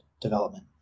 development